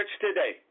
today